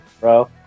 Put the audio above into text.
bro